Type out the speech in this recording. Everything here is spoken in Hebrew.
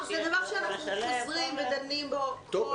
זה דבר שאנחנו חוזרים ודנים בו בכל שנה.